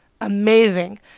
Amazing